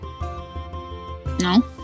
No